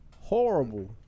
Horrible